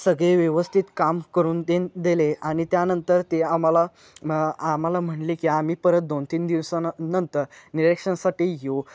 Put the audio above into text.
सगळे व्यवस्थित काम करून देन दिले आणि त्यानंतर ते आम्हाला म आम्हाला म्हणाले की आम्ही परत दोन तीन दिवसानं नंतर निरीक्षणसाठी येऊ